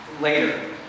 later